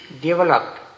developed